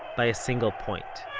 by a single point.